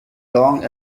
long